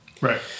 Right